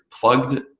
plugged